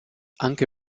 anche